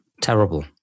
Terrible